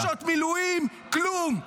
נשות מילואים, כלום.